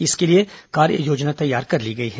इसके लिए कार्य योजना तैयार कर ली गई है